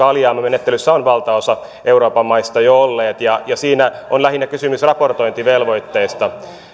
alijäämämenettelyssä on valtaosa euroopan maista jo ollut ja siinä on lähinnä kysymys raportointivelvoitteesta